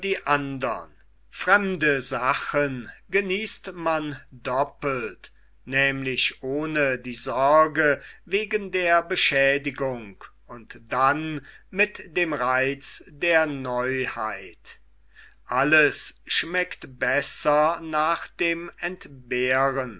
andern fremde sachen genießt man doppelt nämlich ohne die sorge wegen der beschädigung und dann mit dem reiz der neuheit alles schmeckt besser nach dem entbehren